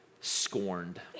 scorned